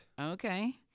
Okay